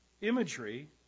imagery